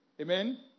Amen